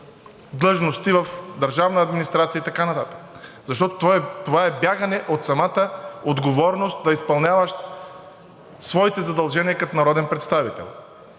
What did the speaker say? и така нататък, защото това е бягане от самата отговорност да изпълняваш своите задължения като народен представител.